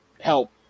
help